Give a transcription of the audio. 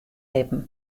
libben